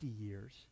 years